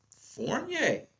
Fournier